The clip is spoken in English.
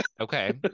okay